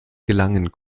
gelangen